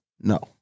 no